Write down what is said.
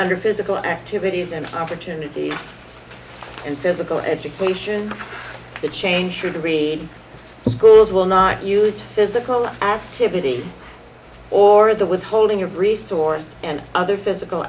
under physical activities and opportunities and physical education that change should read schools will not use physical activity or the with holding your resources and other